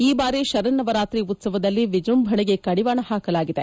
ಈ ಬಾರಿ ಶರನ್ನವರಾತ್ರಿ ಉತ್ಸವದಲ್ಲಿ ವಿಜ್ರಂಭಣೆಗೆ ಕಡಿವಾಣ ಹಾಕಲಾಗಿದೆ